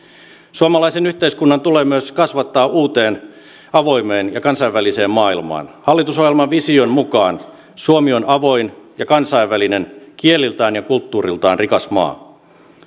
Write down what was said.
suomalaisen yhteiskunnan tulee myös kasvattaa uuteen avoimeen ja kansainväliseen maailmaan hallitusohjelman vision mukaan suomi on avoin ja kansainvälinen kieliltään ja kulttuuriltaan rikas maa